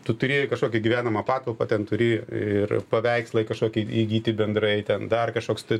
tu turi kažkokį gyvenamą patalpą ten turi ir paveikslai kažkoki įgyti bendrai ten dar kažkoks tai